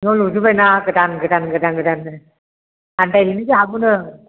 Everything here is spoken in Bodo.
न' लुजोबबाय ना गोदान गोदान गोदान गोदाननो आन्दायहैनोसो हागौ नों